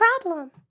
problem